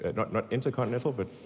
and not not intercontinental, but